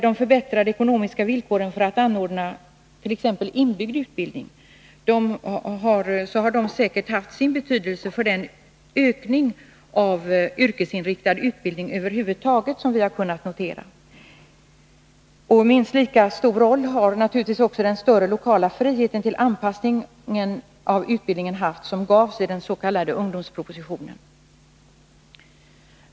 De förbättrade ekonomiska villkoren för att anordna t.ex. inbyggd utbildning har säkert haft sin betydelse för den ökning av yrkesinriktad utbildning över huvud taget som vi har kunnat notera. Och minst lika stor roll har naturligtvis också den större lokala frihet till anpassning av utbildningen haft som garanteras i den s.k. ungdomspropositionen.